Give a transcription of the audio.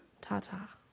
Ta-ta